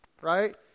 right